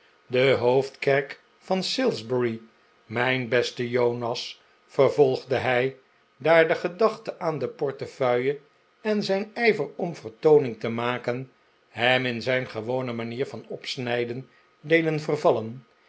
de hoofdkerk van salisbury mijn beste jonas vervolgde hij daar de gedachte aan de portefeuilles en zijn ijver om vertooning te maken hem in zijn gewone manier van opsnijden deden vervallen